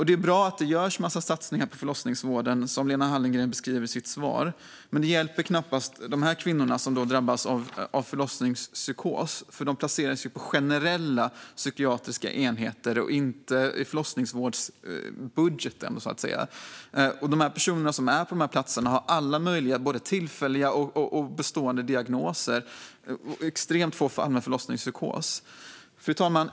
Det är bra att det görs en massa satsningar på förlossningsvården, som Lena Hallengren beskriver i sitt svar. Men det hjälper knappast de kvinnor som drabbas av förlossningspsykos, för de placeras ju på generella psykiatriska enheter som ligger utanför förlossningsvårdsbudgeten. De personer som är på de här platserna har alla möjliga både tillfälliga och bestående diagnoser. Det är extremt få fall med förlossningspsykos. Fru talman!